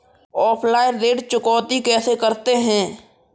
Offline ऋण चुकौती कैसे करते हैं?